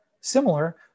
similar